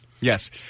Yes